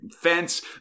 fence